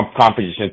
composition